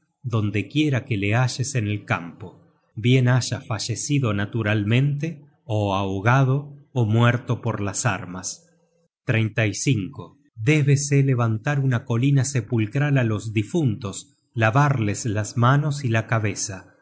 donde quiera que le halles en el campo bien haya fallecido naturalmente ó ahogado ó muerto por las armas débese levantar una colina sepulcral á los difuntos lavarles las manos y la cabeza